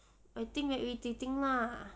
I think very irritating lah